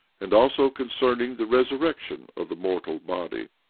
and also concerning the resurrection of the mortal body.